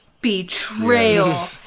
Betrayal